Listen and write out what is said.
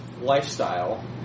lifestyle